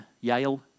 Yale